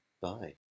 Bye